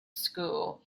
school